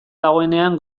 dagoenean